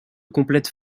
complètes